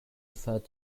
referred